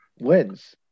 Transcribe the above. wins